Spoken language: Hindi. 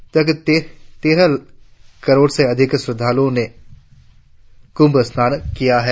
अब तक तेरह करोड़ से अधिक श्रद्धालुओ ने कुंभ स्नान किया है